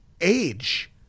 age